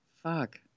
Fuck